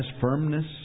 firmness